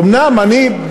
אומנם אני,